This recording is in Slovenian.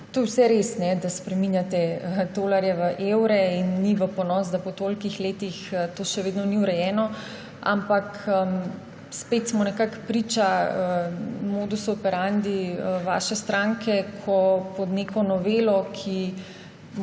To je vse res, da spreminjate tolarje v evre, in ni v ponos, da po toliko letih to še vedno ni urejeno, ampak spet smo nekako priča modusu operandi vaše stranke, ko pod neko novelo, ki